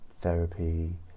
therapy